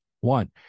One